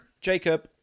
Jacob